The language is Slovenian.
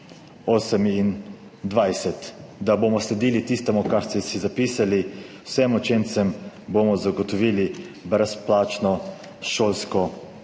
2028, da bomo sledili tistemu, kar ste si zapisali, »vsem učencem bomo zagotovili brezplačno šolsko